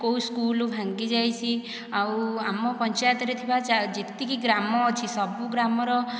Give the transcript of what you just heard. କେଉଁ ସ୍କୁଲ ଭାଙ୍ଗିଯାଇଛି ଆଉ ଆମ ପଞ୍ଚାୟତରେ ଥିବା ଯେତିକି ଗ୍ରାମ ଅଛି ସବୁ ଗ୍ରାମର